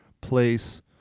place